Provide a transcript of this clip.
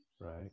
right